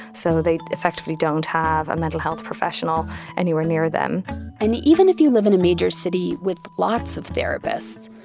so they effectively don't have a mental health professional anywhere near them and even if you live in a major city with lots of therapists,